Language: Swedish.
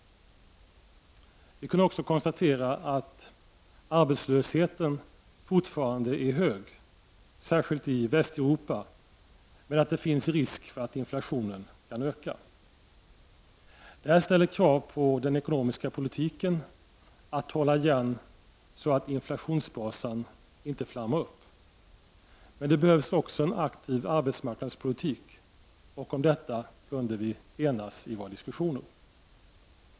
Vi kunde också konstatera att arbetslösheten fortfarande är hög, särskilt i Västeuropa, men att det finns risk för att inflationen ökar. Det ställer krav på den ekonomiska politiken att hålla igen så att inflationsbrasan inte flammar upp. Att det behövs en aktiv arbetsmarknadspolitik kunde vi enas om i våra diskussioner.